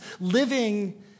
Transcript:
living